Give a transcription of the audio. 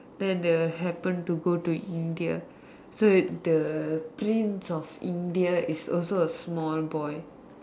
then they will happen to go to India so it the prince of India is also a small boy